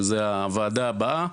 שזה הוועדה הבאה,